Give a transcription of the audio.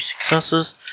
successes